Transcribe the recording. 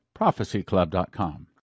prophecyclub.com